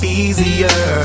easier